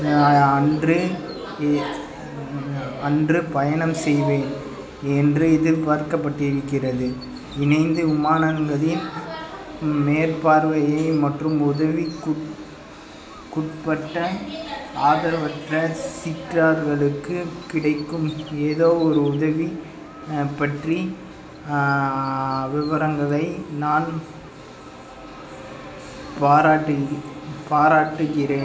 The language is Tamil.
அன்று அன்று பயணம் செய்வேன் என்று எதிர்பார்க்கப்பட்டிருக்கிறது இணைந்து விமானங்களின் மேற்பார்வை மற்றும் உதவிக்கு உட்பட்ட ஆதரவற்ற சிறார்களுக்கு கிடைக்கும் ஏதோ ஒரு உதவி பற்றி விவரங்களை நான் பாராட்டு பாராட்டுகிறேன்